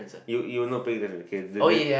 you you not paying attention K did it